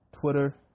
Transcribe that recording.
Twitter